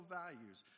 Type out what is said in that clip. values